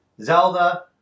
Zelda